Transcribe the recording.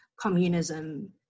communism